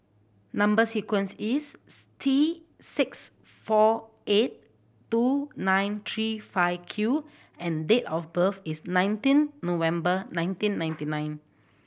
number sequence is T six four eight two nine three five Q and date of birth is nineteen November nineteen ninety nine